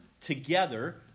together